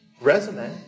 resume